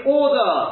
order